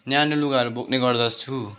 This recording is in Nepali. न्यानो लुगाहरू बोक्ने गर्दछु